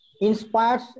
inspires